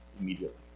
immediately